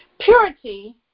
Purity